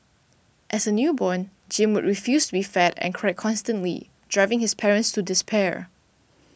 as a newborn Jim would refuse to be fed and cried constantly driving his parents to despair